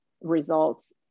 results